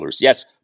Yes